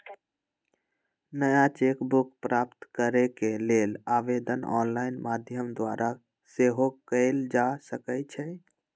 नया cheque book प्राप्त करेके लेल आवेदन ऑनलाइन माध्यम द्वारा सेहो कएल जा सकइ छै